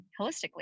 holistically